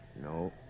No